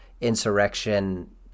insurrection